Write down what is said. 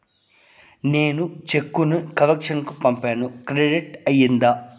నేను చెక్కు ను కలెక్షన్ కు పంపాను క్రెడిట్ అయ్యిందా